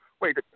Wait